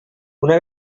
una